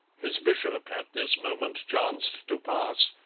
his bishop at this moment chanced to pass,